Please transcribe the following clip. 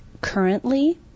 Currently